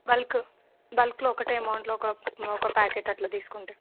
bulk బల్క్లో ఒకటే అమౌంట్లో ఒక ఒక ప్యాకెట్ అట్లా తీసుకుంటే